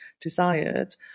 desired